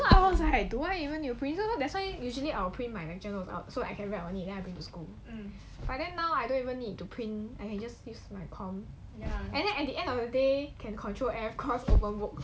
so I was like do I even need to print cause usually I will print my lecture notes out so I can write on it then I bring to school then now I don't even need to print and then at the end of the day can control air cross over mode